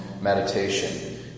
meditation